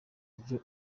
buryo